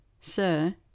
Sir